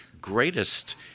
Greatest